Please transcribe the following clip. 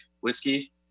whiskey